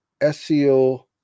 SEO